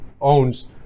owns